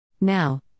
Now